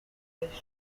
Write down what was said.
charles